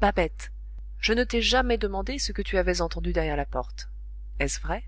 babette je ne t'ai jamais demandé ce que tu avais entendu derrière la porte est-ce vrai